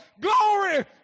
Glory